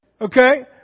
Okay